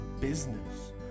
business